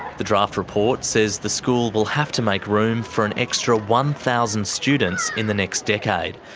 the draft report says the school will have to make room for an extra one thousand students in the next decade,